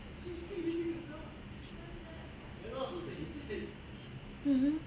mmhmm